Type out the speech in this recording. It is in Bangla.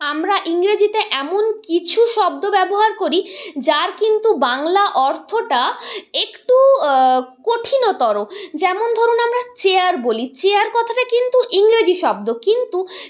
আমরা ইংরেজিতে এমন কিছু শব্দ ব্যবহার করি যার কিন্তু বাংলা অর্থটা একটু কঠিনতর যেমন ধরুন আমরা চেয়ার বলি চেয়ার কথাটা কিন্তু ইংরেজি শব্দ কিন্তু